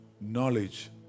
knowledge